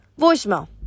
voicemail